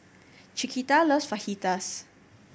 Chiquita loves Fajitas